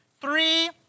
three